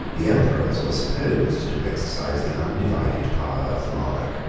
the emperors were supposed to exercise the undivided power of the monarch,